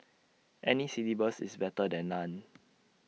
any syllabus is better than none